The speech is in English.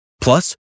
Plus